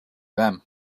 them